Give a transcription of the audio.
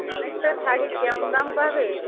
অনেকটা শাড়ির কেমন দাম পাবেন